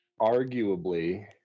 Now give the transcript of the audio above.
arguably –